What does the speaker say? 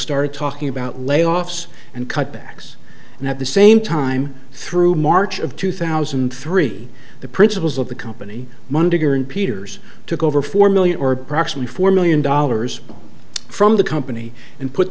started talking about layoffs and cutbacks and at the same time through march of two thousand and three the principals of the company peters took over four million or approximately four million dollars from the company and put